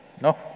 No